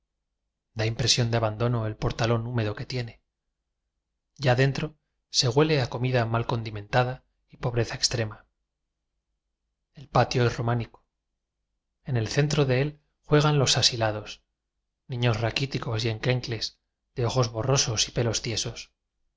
im presión de abandono el portalón húmedo que tiene ya dentro se huele a comida mal condimentada y pobreza extrema el patio es románico en el centro de él jue gan los asilados niños raquíticos y enclen ques de ojos borrosos y pelos tiesos